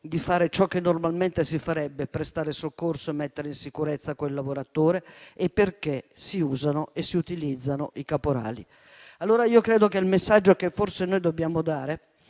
di fare ciò che normalmente si farebbe (prestare soccorso e mettere in sicurezza il lavoratore) e perché si usano e si utilizzano i caporali. Credo allora che il messaggio che forse dobbiamo dare